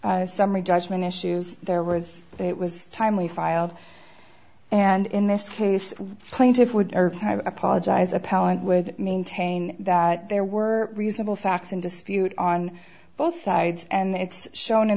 the summary judgment issues there was it was timely filed and in this case the plaintiff would apologize appellant would maintain that there were reasonable facts in dispute on both sides and it's shown in